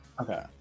okay